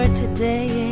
today